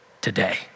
today